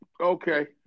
Okay